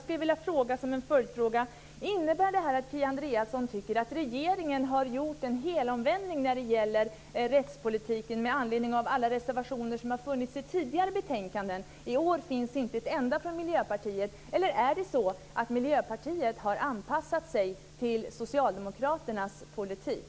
Kia Andreasson tycker att regeringen har gjort en helomvändning när det gäller rättspolitiken, med tanke på alla reservationer som har funnits i tidigare betänkanden? I år finns inte en enda från Miljöpartiet. Eller har Miljöpartiet anpassat sig till Socialdemokraternas politik?